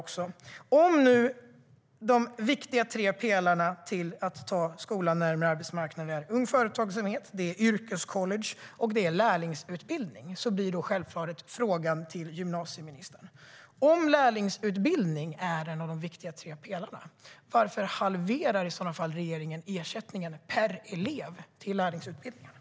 Om nu de tre viktiga pelarna för att ta skolan närmare arbetsmarknaden är Ung Företagsamhet, yrkescollege och lärlingsutbildning blir självfallet den andra frågan till gymnasieministern: Om lärlingsutbildning är en av de viktiga tre pelarna, varför halverar regeringen ersättningen per elev till lärlingsutbildningarna?